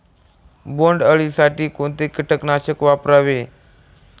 बोंडअळी साठी कोणते किटकनाशक वापरावे?